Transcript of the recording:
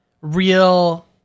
real